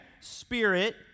spirit